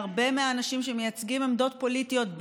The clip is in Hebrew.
להרבה מהאנשים שמייצגים עמדות פוליטיות,